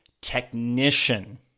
technician